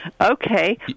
Okay